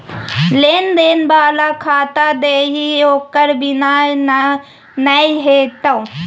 लेन देन बला खाता दही ओकर बिना नै हेतौ